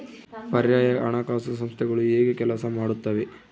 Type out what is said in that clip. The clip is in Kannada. ಪರ್ಯಾಯ ಹಣಕಾಸು ಸಂಸ್ಥೆಗಳು ಹೇಗೆ ಕೆಲಸ ಮಾಡುತ್ತವೆ?